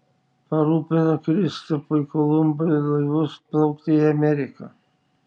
parūpino kristupui kolumbui laivus plaukti į ameriką